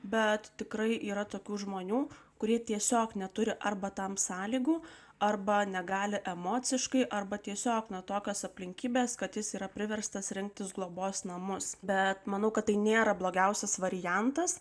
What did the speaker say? bet tikrai yra tokių žmonių kurie tiesiog neturi arba tam sąlygų arba negali emociškai arba tiesiog nuo tokios aplinkybės kad jis yra priverstas rinktis globos namus bet manau kad tai nėra blogiausias variantas